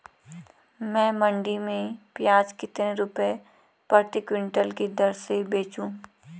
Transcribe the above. मैं मंडी में प्याज कितने रुपये प्रति क्विंटल की दर से बेचूं?